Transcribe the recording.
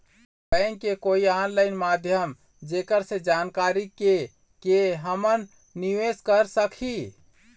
Bank के कोई online माध्यम जेकर से जानकारी के के हमन निवेस कर सकही?